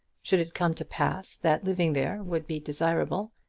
should it come to pass that living there would be desirable,